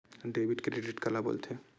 Debit credit काला बोल थे?